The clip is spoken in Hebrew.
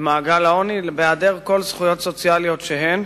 למעגל העוני, בהעדר כל זכויות סוציאליות שהן,